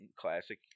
classic